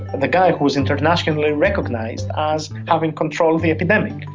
the guy who is internationally recognized as having controlled the epidemic,